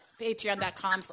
patreon.com